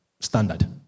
Standard